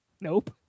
Nope